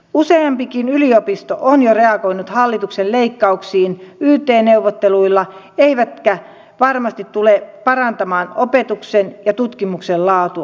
useampikin yliopisto on jo reagoinut hallituksen leikkauksiin yt neuvotteluilla eivätkä ne varmasti tule parantamaan opetuksen ja tutkimuksen laatua